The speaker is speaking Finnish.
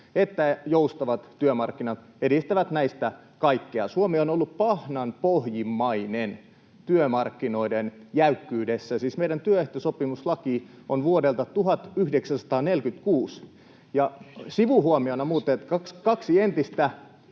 että joustavat työmarkkinat edistävät näistä kaikkea. Suomi on ollut pahnanpohjimmainen työmarkkinoiden jäykkyydessä. Siis meidän työehtosopimuslakimme on vuodelta 1946. [Timo Harakan